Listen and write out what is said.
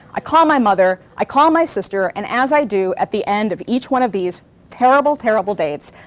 i call my mother, i call my sister, and as i do, at the end of each one of these terrible, terrible dates,